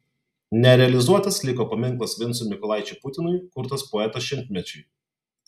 nerealizuotas liko paminklas vincui mykolaičiui putinui kurtas poeto šimtmečiui